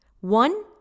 one